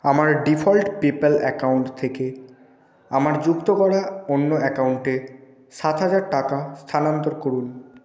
আমার default PayPal account থেকে আমার যুক্ত করা অন্য অ্যাকাউন্টে সাত হাজার টাকা স্থানান্তর করুন